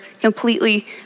completely